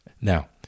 Now